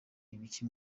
ibiki